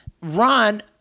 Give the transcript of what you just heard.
ron